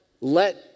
let